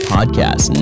Podcast